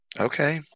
okay